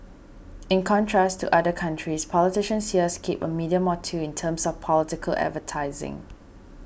in contrast to other countries politicians here skip a medium more two in terms of political advertising